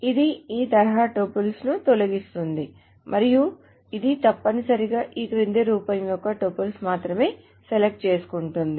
ఇది ఈ తరహా టుపుల్స్ను తొలగిస్తుంది మరియు ఇది తప్పనిసరిగా ఈ క్రింది రూపం యొక్క టుపుల్స్ను మాత్రమే సెలెక్ట్ చేసుకుంటుంది